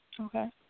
Okay